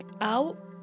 out